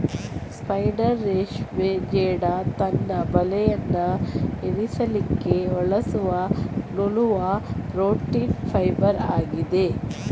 spider ರೇಷ್ಮೆ ಜೇಡ ತನ್ನ ಬಲೆಯನ್ನ ಹೆಣಿಲಿಕ್ಕೆ ಬಳಸುವ ನೂಲುವ ಪ್ರೋಟೀನ್ ಫೈಬರ್ ಆಗಿದೆ